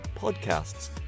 podcasts